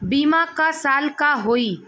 बीमा क साल क होई?